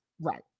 Right